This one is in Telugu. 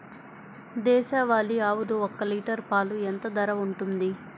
దేశవాలి ఆవులు ఒక్క లీటర్ పాలు ఎంత ధర ఉంటుంది?